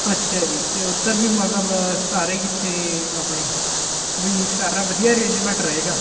ਅੱਛਾ ਜੀ ਅਤੇ ਉੱਧਰ ਵੀ ਮਤਲਬ ਸਾਰੇ ਕਿੱਥੇ ਆਪਣੀ ਵੀ ਸਾਰਾ ਵਧੀਆ ਅਰੇਂਜਮੈਂਟ ਰਹੇਗਾ